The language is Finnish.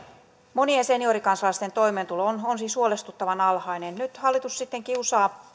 monien seniorikansalaisten toimeentulo on siis huolestuttavan alhainen nyt hallitus sitten kiusaa